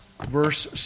verse